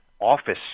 office